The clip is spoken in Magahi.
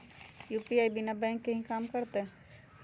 यू.पी.आई बिना बैंक के भी कम करतै?